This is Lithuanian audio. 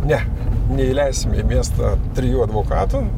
ne neįleisim į miestą trijų advokatų